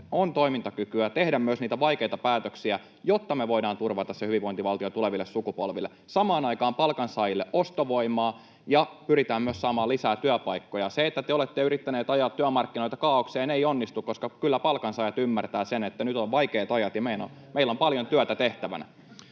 on toimintakykyä tehdä myös niitä vaikeita päätöksiä, jotta me voidaan turvata se hyvinvointivaltio tuleville sukupolville ja samaan aikaan palkansaajille ostovoimaa, ja pyritään myös saamaan lisää työpaikkoja. Se, että te olette yrittäneet ajaa työmarkkinoita kaaokseen, ei onnistu, koska kyllä palkansaajat ymmärtävät sen, että nyt on vaikeat ajat ja meillä on paljon työtä tehtävänä.